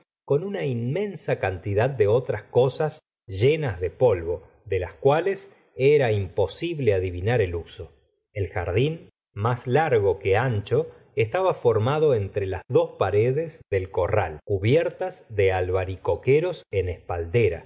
con una inmensa cantidad de otras cosas llenas de polvo de las cuales era imposible adivinar el uso el jardín más largo que ancho estaba formado entre las dos paredes del corral cubiertas de albaricoqueros en espaldera